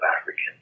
African